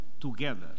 together